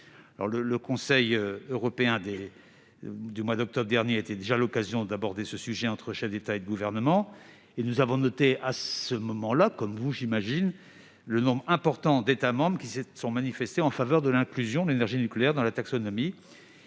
Le Conseil européen d'octobre dernier a déjà été l'occasion d'aborder ce sujet entre chefs d'État et de gouvernement. Nous avons noté à ce moment-là- comme vous, j'imagine -qu'un nombre important d'États membres se sont manifestés en faveur de l'inclusion de l'énergie nucléaire dans cette taxonomie.